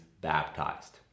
baptized